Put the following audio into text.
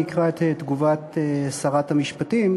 אני אקרא את תגובת שרת המשפטים,